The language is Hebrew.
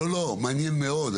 לא, מעניין מאוד.